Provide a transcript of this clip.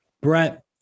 Brett